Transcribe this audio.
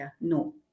No